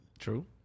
True